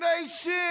Nation